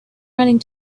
running